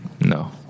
No